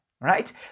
right